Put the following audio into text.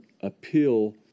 appeal